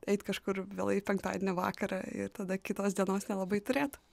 eit kažkur vėlai penktadienio vakarą ir tada kitos dienos nelabai turėt